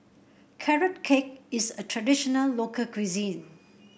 Carrot Cake is a traditional local cuisine